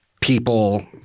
people